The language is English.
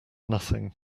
nothing